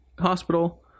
hospital